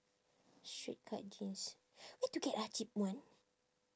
straight cut jeans where to get ah cheap one